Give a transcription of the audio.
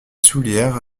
soullieres